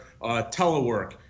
telework